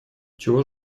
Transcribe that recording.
чего